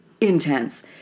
intense